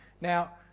now